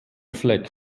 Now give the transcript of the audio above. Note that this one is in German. fleck